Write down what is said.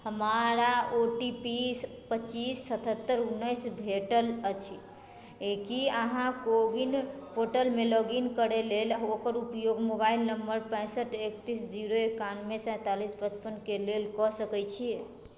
हमारा O T P पचीस सतहत्तर उन्नैस भेटल अछि की अहाँ को विन पोर्टलमे लॉगिन करै लेल ओकर उपयोग मोबाइल नंबर पैंसठि एकतीस जीरो एकानबे सैंतालिस पचपनके लेल कऽ सकैत छी